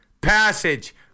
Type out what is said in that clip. passage